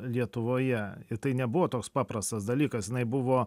lietuvoje ir tai nebuvo toks paprastas dalykas jinai buvo